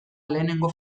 lehenengo